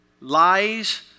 Lies